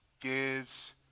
gives